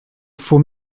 faut